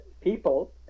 people